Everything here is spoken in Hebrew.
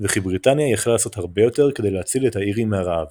וכי בריטניה יכלה לעשות הרבה יותר כדי להציל את האירים מהרעב.